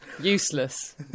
Useless